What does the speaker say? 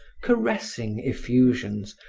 caressing effusions,